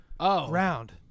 round